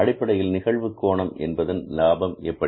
அடிப்படையில் நிகழ்வு கோணம் என்பதன் லாபம் எப்படி